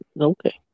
Okay